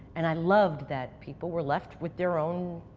and i loved that people were left with their own